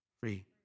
Free